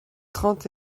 trente